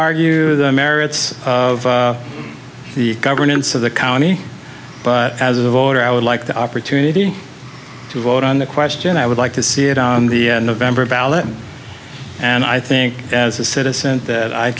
argue the merits of the governance of the county but as a voter i would like the opportunity to vote on the question i would like to see it on the november ballot and i think as a citizen that i